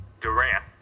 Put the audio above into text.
Durant